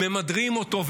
ממדרים אותו,